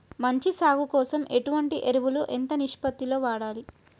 మంచి సాగు కోసం ఎటువంటి ఎరువులు ఎంత నిష్పత్తి లో వాడాలి?